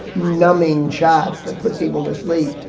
numbing chats that put people to sleep.